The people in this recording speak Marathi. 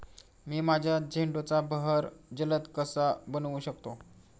मी माझ्या झेंडूचा बहर जलद कसा बनवू शकतो?